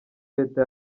leta